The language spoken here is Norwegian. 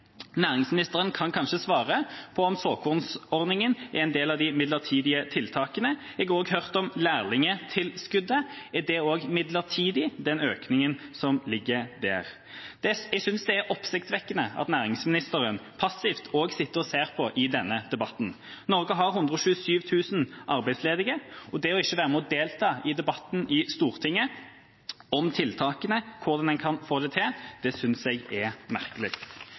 Næringsministeren kan kanskje svare på om såkornordninga er en del av de midlertidige tiltakene. Jeg har også hørt om lærlingtilskuddet. Er den økninga som ligger der, også midlertidig? Jeg synes det er oppsiktsvekkende at næringsministeren sitter passivt og ser på i denne debatten. Norge har 127 000 arbeidsledige, og det ikke å være med og delta i debatten i Stortinget om tiltakene og om hvordan en kan få det til, synes jeg er merkelig.